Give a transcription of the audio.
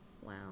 Wow